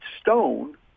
stone